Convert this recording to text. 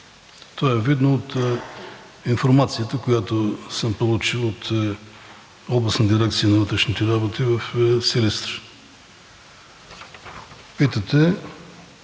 Това е видно от информацията, която съм получил от Областна дирекция на вътрешните работи в Силистра. Питате